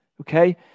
Okay